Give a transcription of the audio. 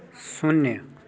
शून्य